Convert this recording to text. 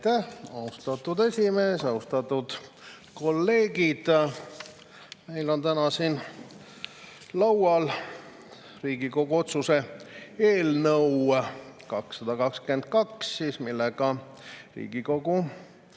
austatud esimees! Austatud kolleegid! Meil on täna siin laual Riigikogu otsuse eelnõu 222, millega Riigikogu